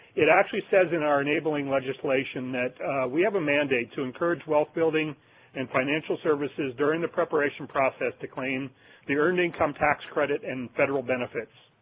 it actually says in our enabling legislation that we have a mandate to encourage wealth building and financial services during the preparation process to claim the earned income tax credit and federal benefits.